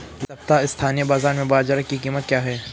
इस सप्ताह स्थानीय बाज़ार में बाजरा की कीमत क्या है?